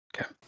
Okay